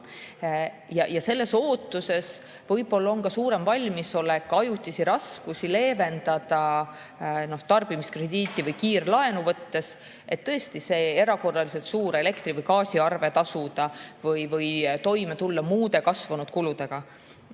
ka. Selles ootuses võib‑olla on ka suurem valmisolek ajutisi raskusi leevendada tarbimiskrediiti või kiirlaenu võttes, et tõesti see erakorraliselt suur elektri‑ või gaasiarve tasuda või toime tulla muude kasvanud kuludega.